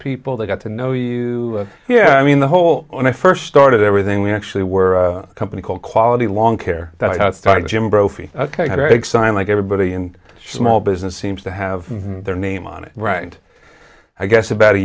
people they got to know you yeah i mean the whole when i first started everything we actually were a company called quality long care that i had started jim brophy big sign like everybody in schmall business seems to have their name on it and i guess about a